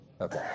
Okay